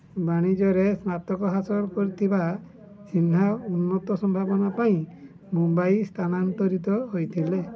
ବାଣିଜ୍ୟରେ ସ୍ନାତକ ହାସଲ କରିଥିବା ସିହ୍ନା ଉନ୍ନତ ସମ୍ଭାବନା ପାଇଁ ମୁମ୍ବାଇ ସ୍ଥାନାନ୍ତରିତ ହେଇଥିଲେ